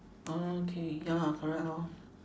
orh K ya lah correct lor